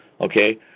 okay